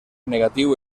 negatiu